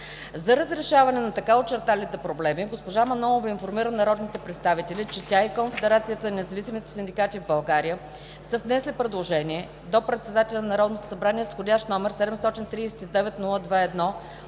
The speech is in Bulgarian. За разрешаване на така очертаните проблеми госпожа Манолова информира народните представители, че тя и Конфедерацията на независимите синдикати в България, са внесли предложение до председателя на Народното събрание, с Вх. № 739 02